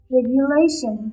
Regulation